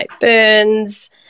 burns